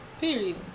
Period